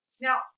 Now